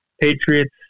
Patriots